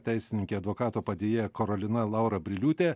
teisininkė advokato padėjėja karolina laura briliūtė